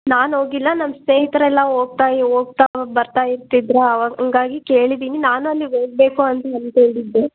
ನಾನು ಹೋಗಿಲ್ಲ ನಮ್ಮ ಸ್ನೇಹಿತರೆಲ್ಲ ಹೋಗ್ತಾ ಹೋಗ್ತಾ ಬರ್ತಾ ಇರ್ತಿದ್ರಾ ಅವ ಹಂಗಾಗಿ ಕೇಳಿದ್ದೀನಿ ನಾನು ಅಲ್ಲಿಗೆ ಹೋಗ್ಬೇಕು ಅಂತ ಅನ್ಕೊಂಡಿದ್ದೆ